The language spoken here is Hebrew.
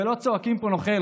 ולא צועקים פה "נוכל",